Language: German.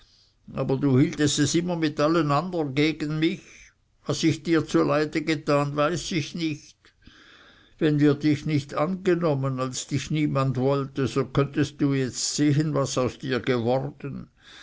aber du hieltest es immer mit allen andern gegen mich was ich dir zuleide getan weiß ich nicht wenn wir dich nicht angenommen als dich niemand wollte so könntest du jetzt sehen was aus dir geworden